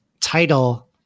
title